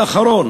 ואני מסיים: אני